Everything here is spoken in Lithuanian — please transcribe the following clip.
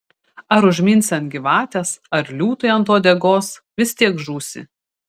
ar užminsi ant gyvatės ar liūtui ant uodegos vis tiek žūsi